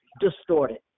distorted